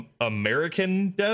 American